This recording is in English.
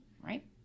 right